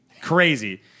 Crazy